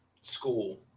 school